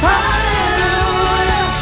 Hallelujah